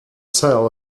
sale